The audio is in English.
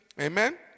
Amen